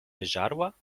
wyżarła